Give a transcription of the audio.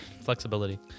flexibility